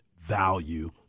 value